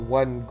one